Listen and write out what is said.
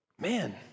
Man